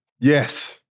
Yes